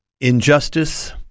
injustice